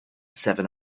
seven